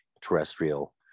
terrestrial